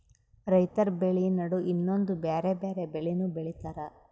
ರೈತರ್ ಬೆಳಿ ನಡು ಇನ್ನೊಂದ್ ಬ್ಯಾರೆ ಬ್ಯಾರೆ ಬೆಳಿನೂ ಬೆಳಿತಾರ್